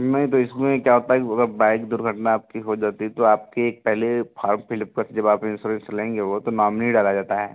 नहीं तो इसमें क्या होता है कि अगर बाइक दुर्घटना आपकी हो जाती है तो आपके एक पहले फार्म फिलअप कर जब आप इंसोरेंस लेंगे वो तो नॉमनी डाला जाता है